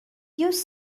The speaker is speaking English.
use